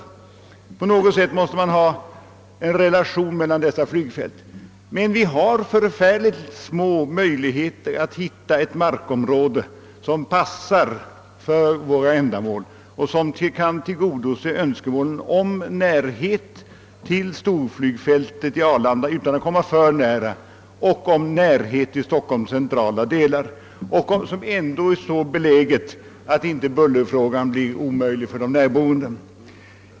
Man måste på något vis få en vettig relation mellan dessa flygfält. Det finns mycket små möjligheter att finna ett markområde som passar för alla våra ändamål, som kan tillgodose önskemålen om närhet till storflygfältet på Arlanda, dock utan att komma för nära, och om närhet till Stockholms centrala delar men ändå samtidigt är så beläget att inte bullerfrågan blir olidlig för de närboende.